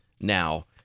now